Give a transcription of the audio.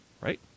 Right